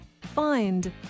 find